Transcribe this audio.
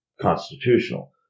constitutional